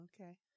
Okay